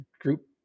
group